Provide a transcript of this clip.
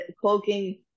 cloaking